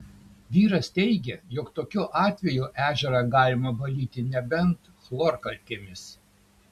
vyras teigė jog tokiu atveju ežerą galima valyti nebent chlorkalkėmis